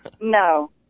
No